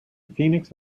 phoenix